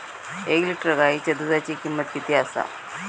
एक लिटर गायीच्या दुधाची किमंत किती आसा?